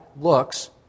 looks